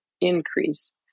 increase